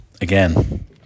Again